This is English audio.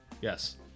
Yes